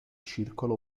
circolo